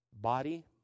Body